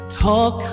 talk